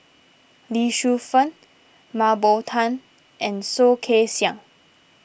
Lee Shu Fen Mah Bow Tan and Soh Kay Siang